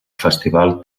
festival